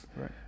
Right